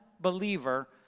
believer